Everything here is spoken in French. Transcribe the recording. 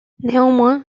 néanmoins